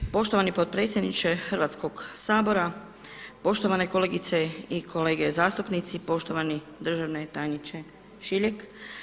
Poštovani potpredsjedniče Hrvatskog sabora, poštovane kolegice i kolege zastupnici, poštovani državni tajniče Šiljeg.